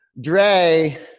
Dre